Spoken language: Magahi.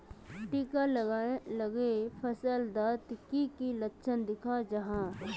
किट लगाले फसल डात की की लक्षण दखा जहा?